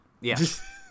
Yes